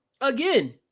again